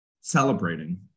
celebrating